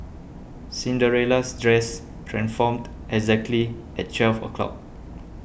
Cinderella's dress transformed exactly at twelve o'clock